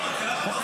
כן, את צודקת.